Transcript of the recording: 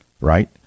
right